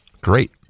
great